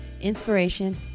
inspiration